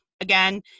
Again